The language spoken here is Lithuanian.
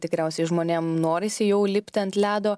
tikriausiai žmonėm norisi jau lipti ant ledo